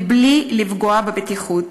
בלי לפגוע בבטיחות,